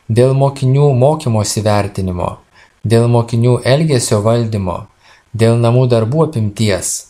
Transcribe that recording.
dėl mokinių mokymosi vertinimo dėl mokinių elgesio valdymo dėl namų darbų apimties